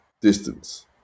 distance